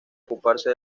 ocuparse